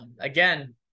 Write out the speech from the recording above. again